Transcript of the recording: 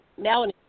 Melanie